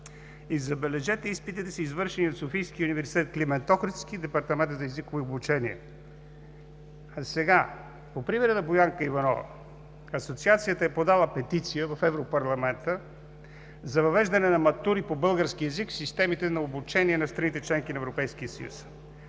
Забележете: изпитите са извършени от Софийския университет „Климент Охридски“, департамента за езиково обучение. По примера на Боянка Иванова Асоциацията е подала петиция в Европарламента за въвеждане на матури по български език в системите на обучение на страните – членки на Европейския съюз.